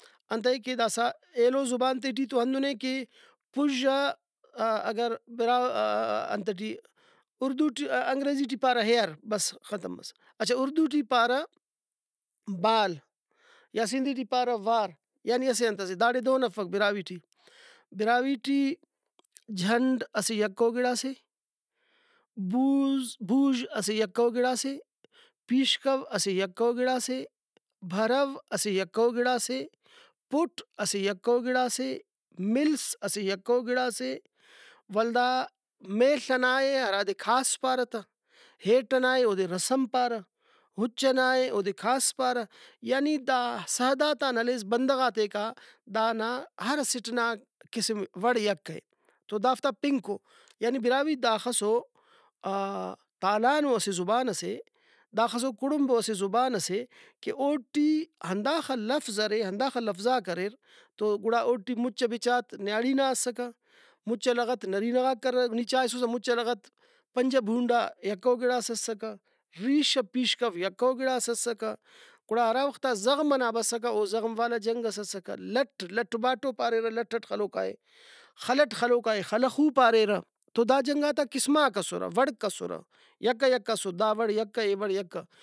انتئے کہ داسہ ایلو زبان تے ٹی تو ہندنے کہ پُژہ اگر براہو انت ٹی اردو ٹی انگریزی ٹی پارہ Hair بس ختم مس اچھا اُردو ٹی پارہ بال یا سندھی ٹی پارہ وار یعنی اسہ انت سے داڑے دہن افک براہوئی ٹی براہوئی ٹی جھنڈ اسہ یکہ او گڑاسے بوز بوژ اسہ یکہ او گڑاسے پیشکو اسہ یکہ او گڑاسے بھرَو اسہ یکہ او گڑاسے پُٹ اسہ یکہ او گڑاسے ملس اسہ یکہ او گڑاسے ولدا می ئنائے ہرادے کھاس پارہ تہ ہیٹ ئنائے اودے رسم پارہ اُچ ئنائے اودے کھاس پارہ یعنی دا سادارتان ہلیس بندغاتیکا دانا ہر اسٹ نا قسم وڑ یکہ اے تو دافتا پنکو یعنی براہوئی داخسو تالانو اسہ زبانسے داخسو کُڑمبو اسہ زبانسے کہ اوٹی ہنداخہ لفظ ارے ہنداخہ لفظاک اریر تو گڑا اوٹی مُچ ءَ بچات نیاڑی نا اسکہ مُچ ءَ لغت نرینہ غاک کریرہ نی چاہسُسہ مُچ ءَ لغت پنجہ بُونڈا یکہ او گڑاس اسکہ ریش ءَ پیشکو یکہ او گڑاس اسکہ گڑا ہرا وختا زغم ئنا بسکہ او زغم والا جنگس اسکہ لٹ لٹ و باٹو پاریرہ لٹ ئٹ خلوکائے خلٹ خلوکائے خل ءَ خُو پاریرہ تو دا جنگاتا قسماک اسرہ وڑک اسرہ یکہ یکہ اسر دا وڑ یکہ اے وڑ یکہ